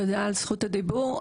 תודה על זכות הדיבור.